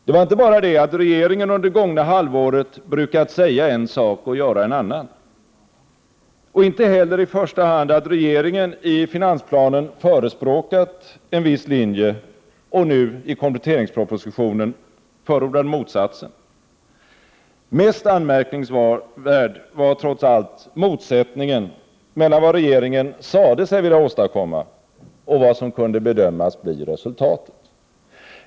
Det var inte bara det att regeringen under det gångna halvåret brukat säga en sak och göra en annan. Och inte heller i första hand det att regeringen i finansplanen förespråkat en viss linje och nu i kompletteringspropositionen förordade motsatsen. Mest anmärkningsvärd var trots allt motsättningen mellan vad regeringen sade sig vilja åstadkomma och vad som kunde bedömas bli resultatet.